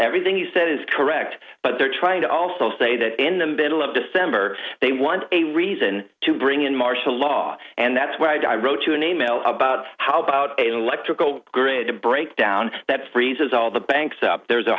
everything you said is correct but they're trying to also say that in the middle of december they want a reason to bring in martial law and that's what i wrote to name mail about how about electrical grid to break down that freezes all the banks up there's a